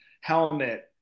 helmet